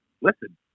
Listen